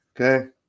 okay